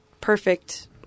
perfect